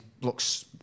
looks